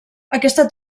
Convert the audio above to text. aquesta